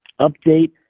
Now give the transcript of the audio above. update